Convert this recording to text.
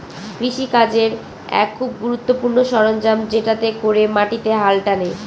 কৃষি কাজের এক খুব গুরুত্বপূর্ণ সরঞ্জাম যেটাতে করে মাটিতে হাল টানে